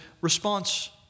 response